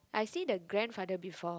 I see the grandfather before